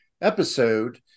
episode